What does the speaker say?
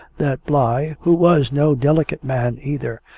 that bligh, who was no delicate man either,